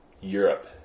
Europe